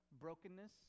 brokenness